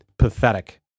pathetic